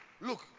look